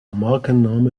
markenname